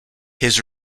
his